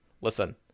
Listen